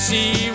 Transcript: See